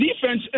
defense